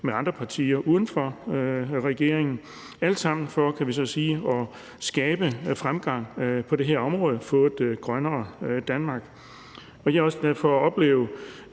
med andre partier uden for regeringen. Det er alt sammen for at skabe fremgang på det her område og få et grønnere Danmark. Jeg er også glad for at opleve,